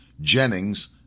Jennings